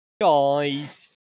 Guys